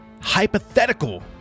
hypothetical